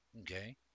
Okay